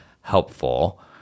helpful